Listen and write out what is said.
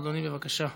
אדוני, בבקשה.